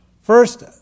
First